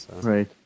Right